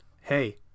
Hey